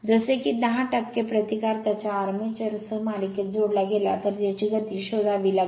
जसे की 10 प्रतिकार त्याच्या आर्मेचर सह मालिकेत जोडला गेला तर याची गती शोधावी लागेल